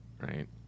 Right